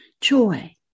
joy